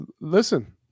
listen